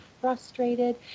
frustrated